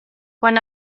quan